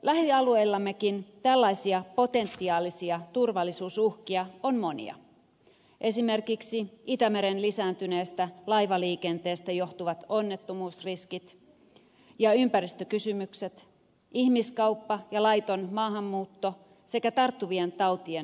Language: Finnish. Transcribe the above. lähialueillammekin tällaisia potentiaalisia turvallisuusuhkia on monia esimerkiksi itämeren lisääntyneestä laivaliikenteestä johtuvat onnettomuusriskit ja ympäristökysymykset ihmiskauppa ja laiton maahanmuutto sekä tarttuvien tautien leviäminen